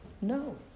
no